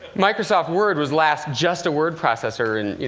microsoft word was last just a word processor in, you